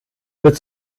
wird